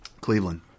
Cleveland